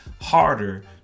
harder